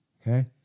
Okay